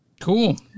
Cool